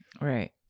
Right